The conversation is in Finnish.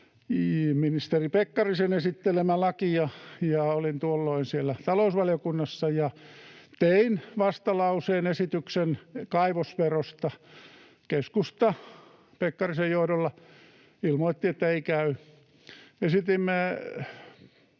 ministeri Pekkarisen esittelemä laki. Olin tuolloin siellä talousvaliokunnassa ja tein vastalause-esityksen kaivosverosta. Keskusta Pekkarisen johdolla ilmoitti, että ei käy.